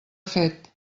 fet